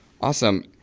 Awesome